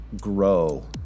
grow